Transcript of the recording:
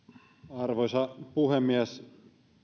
arvoisa puhemies